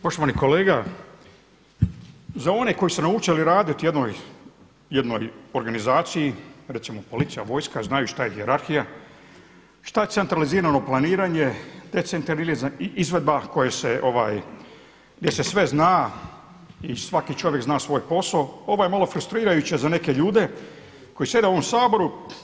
Poštovani kolega, za one koji su naučili raditi u jednoj organizaciji, recimo policija, vojska znaju šta je hijerarhija, šta je centralizirano planirano, decetralizam i izvedba gdje se sve zna i svaki čovjek zna svoj posao, ovo je malo frustrirajuće za neke ljude koji sjede u ovom Saboru.